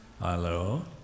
Hello